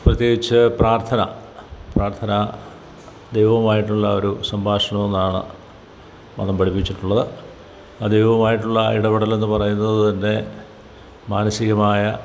പ്രത്യേകിച്ച് പ്രാർത്ഥന പ്രാർത്ഥന ദൈവവുമായിട്ടുള്ള ഒരു സംഭാഷണം എന്നാണ് മതം പഠിപ്പിച്ചിട്ടുള്ളത് ആ ദൈവവുമായിട്ടുള്ള ഇടപെടലെന്ന് പറയുന്നതുതന്നെ മാനസികമായ